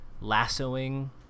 lassoing